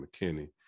McKinney